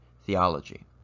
theology